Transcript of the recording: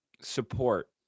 support